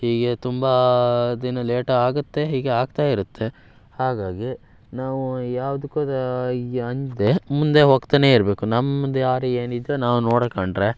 ಹೀಗೆ ತುಂಬ ದಿನ ಲೇಟ್ ಆಗುತ್ತೆ ಹೀಗೆ ಆಗ್ತಾ ಇರುತ್ತೆ ಹಾಗಾಗಿ ನಾವು ಯಾವ್ದುಕ್ಕೂ ಅಂಜದೆ ಮುಂದೆ ಹೋಗ್ತಲೇ ಇರಬೇಕು ನಮ್ಮ ದಾರಿ ಏನಿದೆ ನಾವು ನೋಡಿಕಂಡ್ರೆ